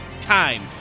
Time